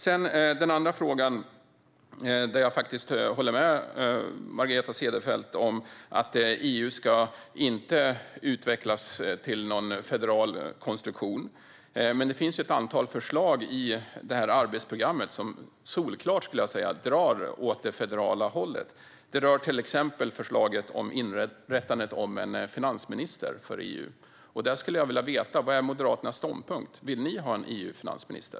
I den andra frågan håller jag med Margareta Cederfelt om att EU inte ska utvecklas till en federal konstruktion. Men det finns ett antal förslag i arbetsprogrammet som solklart, skulle jag säga, drar åt det federala hållet. Det rör till exempel förslaget om att inrätta en finansminister för EU. Här skulle jag vilja veta vad Moderaternas ståndpunkt är. Vill ni ha en EU-finansminister?